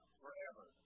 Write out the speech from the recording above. forever